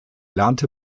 lernte